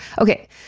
Okay